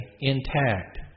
intact